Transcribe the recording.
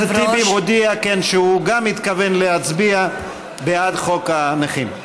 חבר הכנסת טיבי הודיע שגם הוא התכוון להצביע בעד חוק הנכים.